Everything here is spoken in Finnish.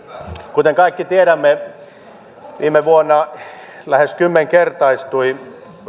kuten kaikki tiedämme viime vuonna lähes kymmenkertaistui